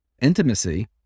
intimacy